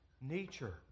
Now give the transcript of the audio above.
nature